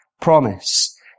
promise